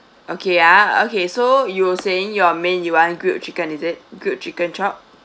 okay uh okay so you were saying your main you want grilled chicken is it grilled chicken chop